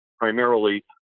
primarily